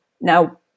Now